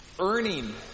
earning